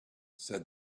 said